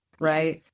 right